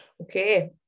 Okay